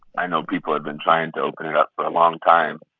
i know people have been trying to open it up for a long time.